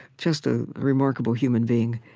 just a remarkable human being.